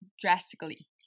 drastically